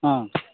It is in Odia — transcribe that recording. ହଁ